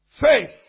Faith